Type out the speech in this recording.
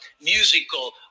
musical